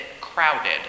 crowded